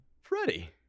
Freddie